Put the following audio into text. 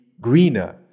greener